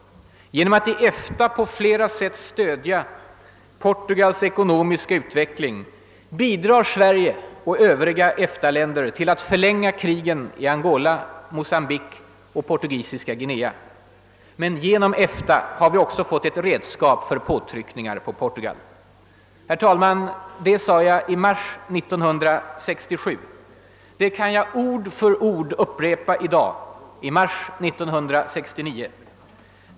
Genom att i EFTA på flera sätt stödja Portugals ekonomiska utveckling bidrar Sverige och övriga EFTA-länder till att förlänga krigen i Angola, Mocambique och portugisiska Guinea. Men genom EFTA har vi också fått ett redskap för påtryckningar på Portugal.» Det sade jag i mars 1967, det kan jag ord för ord upprepa i dag, i mars 1969.